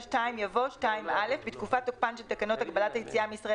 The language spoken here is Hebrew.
(2) יבוא: "(2א) בתקופת תוקפן של תקנות הגבלת היציאה מישראל